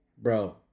bro